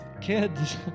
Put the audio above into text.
kids